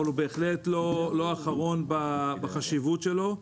אבל הוא בהחלט לא אחרון בחשיבות שלו,